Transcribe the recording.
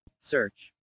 search